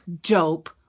dope